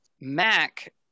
Mac